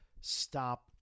Stop